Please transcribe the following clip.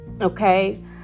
okay